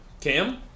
Cam